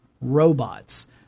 robots